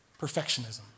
perfectionism